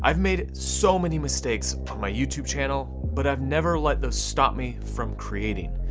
i've made so many mistakes on my youtube channel, but i've never let those stop me from creating.